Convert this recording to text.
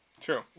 True